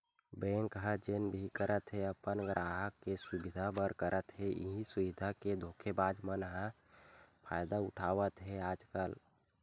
bank ह जेन भी करत हे अपन गराहक के सुबिधा बर करत हे, इहीं सुबिधा के धोखेबाज मन ह फायदा उठावत हे आजकल